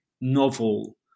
novel